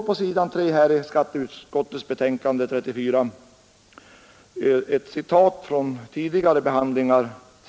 På s. 3 i skatteutskottets betänkande nr 34 finns en redogörelse för tidigare behandlingar av den här frågan.